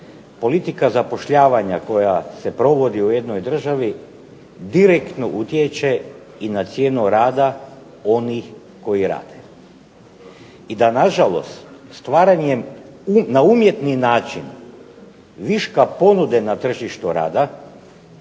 politika zapošljavanja koja se provodi u jednoj državi direktno utječe i na cijenu rada onih koji rade i da nažalost stvaranjem na umjetni način viška ponude na tržištu rada